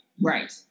Right